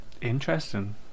Interesting